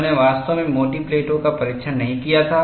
उन्होंने वास्तव में मोटी प्लेटों का परीक्षण नहीं किया था